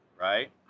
Right